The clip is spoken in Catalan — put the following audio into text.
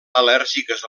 al·lèrgiques